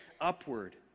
upward